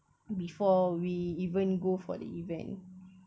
before we even go for the event